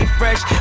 fresh